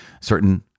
certain